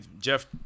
jeff